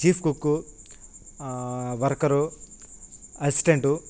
chief cook worker assistant